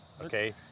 okay